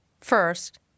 First